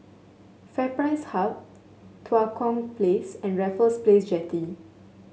FairPrice Hub Tua Kong Place and Raffles Place Jetty